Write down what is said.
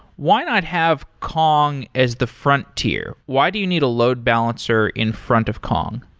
why not have kong as the frontier? why do you need a load balancer in front of kong?